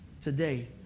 Today